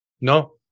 No